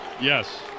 Yes